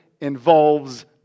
involves